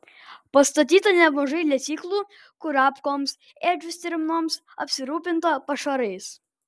pastatyta nemažai lesyklų kurapkoms ėdžių stirnoms apsirūpinta pašarais